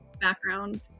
background